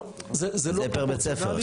זה פר בית ספר.